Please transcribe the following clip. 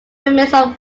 remains